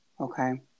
Okay